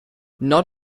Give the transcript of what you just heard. not